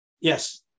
Yes